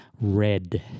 Red